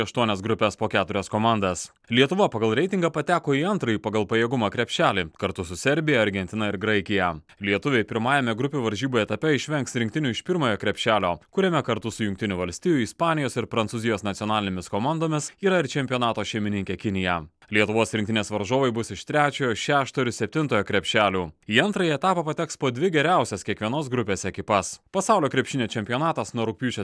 aštuonias grupes po keturias komandas lietuva pagal reitingą pateko į antrąjį pagal pajėgumą krepšelį kartu su serbija argentina ir graikija lietuviai pirmajame grupių varžybų etape išvengs rinktinių iš pirmojo krepšelio kuriame kartu su jungtinių valstijų ispanijos ir prancūzijos nacionalinėmis komandomis yra ir čempionato šeimininkė kinija lietuvos rinktinės varžovai bus iš trečiojo šeštojo septintojo krepšelio į antrąjį etapą pateks po dvi geriausias kiekvienos grupės ekipas pasaulio krepšinio čempionatas nuo rugpjūčio